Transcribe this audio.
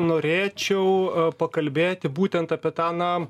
norėčiau pakalbėti būtent apie tą na